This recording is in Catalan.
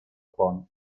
pont